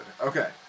Okay